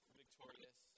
victorious